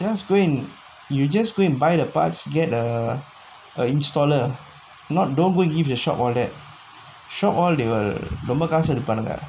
just go and you just go and buy the parts get err the installer not don't will give the shop all that shop all they will ரொம்ப காசு எடுப்பானுங்க:romba kaasu edupaanungga